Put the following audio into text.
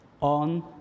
on